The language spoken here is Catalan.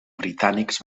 britànics